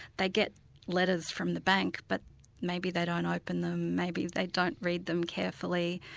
they get letters from the bank, but maybe they don't open them, maybe they don't read them carefully.